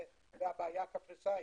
והבעיה הקפריסאית,